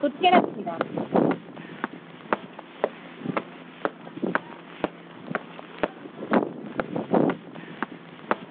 कुत्थें रक्खना